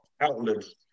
outlets